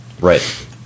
Right